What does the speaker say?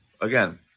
again